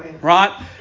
Right